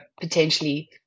potentially